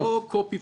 זה לא קופי-פייסט.